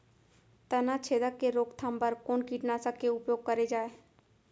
तनाछेदक के रोकथाम बर कोन कीटनाशक के उपयोग करे जाये?